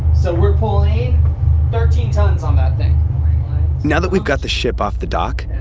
so we're pulling thirteen tons on that thing now that we've got the ship off the dock,